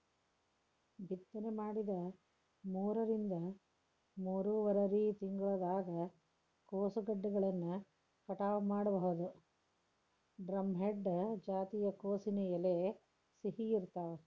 ಬಿತ್ತನೆ ಮಾಡಿದ ಮೂರರಿಂದ ಮೂರುವರರಿ ತಿಂಗಳದಾಗ ಕೋಸುಗೆಡ್ಡೆಗಳನ್ನ ಕಟಾವ ಮಾಡಬೋದು, ಡ್ರಂಹೆಡ್ ಜಾತಿಯ ಕೋಸಿನ ಎಲೆ ಸಿಹಿ ಇರ್ತಾವ